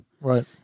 Right